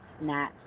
Nat